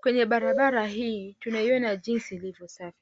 Kwenye barabara hii tunaiona jinsi ilivyo safi.